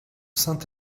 saint